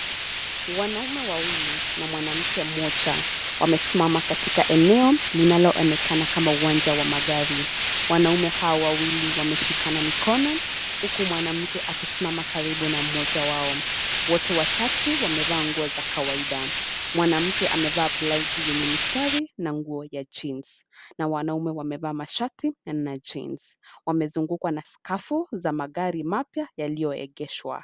Wanaume wawili na mwanamke mmoja, wamesimama katika eneo linaloonekana kama uwanja wa magari, wanaume hao wawili wameshikana mikono, huku mwanamke akisimama karibu na mmoja wao, wote watatu wamevaa nguo za kawaida, mwanamke amevaa blausi yenye mistari na nguo ya jeans , na wanaume wamevaa mashati na jeans , wamezungukwa na skafu za magari mapya yaliyoegeshwa.